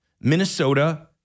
Minnesota